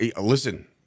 listen